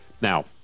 Now